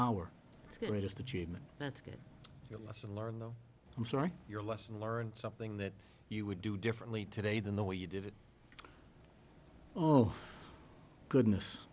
our greatest achievement that's a good lesson learned though i'm sorry your lesson learned something that you would do differently today than the way you did it oh goodness